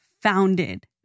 founded